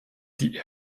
die